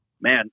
man